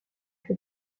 fait